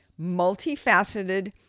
multifaceted